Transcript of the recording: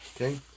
okay